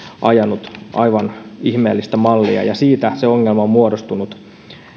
ajanut aivan ihmeellistä mallia ja siitä se ongelma on muodostunut